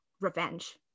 revenge